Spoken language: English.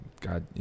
God